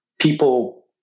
people